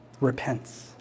repents